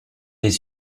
les